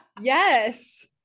Yes